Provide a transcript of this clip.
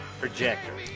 projector